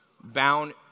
Bound